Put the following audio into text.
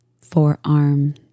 forearm